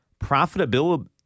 profitability